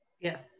Yes